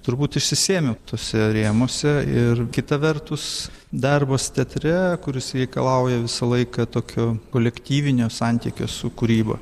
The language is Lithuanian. turbūt išsisėmiau tuose rėmuose ir kita vertus darbas teatre kuris reikalauja visą laiką tokio kolektyvinio santykio su kūryba